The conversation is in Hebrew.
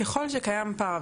ככל שקיים פער,